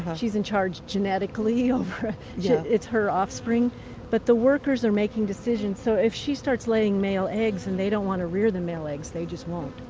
she's in charge genetically ah it's her offspring but the workers are making decisions. so if she starts laying male eggs and they don't want to rear the male eggs, they just won't.